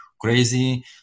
crazy